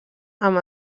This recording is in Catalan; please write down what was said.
amb